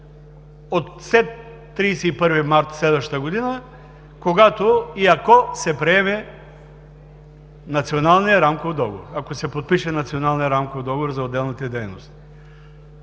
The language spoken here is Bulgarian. от 31 март следващата година, когато и ако се приеме Националният рамков договор, ако се подпише Националният рамков договор за отделните дейности.